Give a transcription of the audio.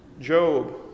Job